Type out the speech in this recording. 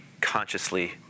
consciously